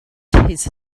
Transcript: his